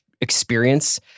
experience